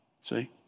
see